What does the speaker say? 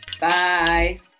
Bye